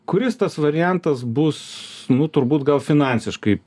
kuris tas variantas bus nu turbūt gal finansiškai